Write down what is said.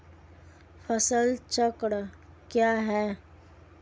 फसल चक्रण क्या है?